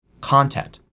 content